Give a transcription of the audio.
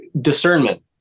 discernment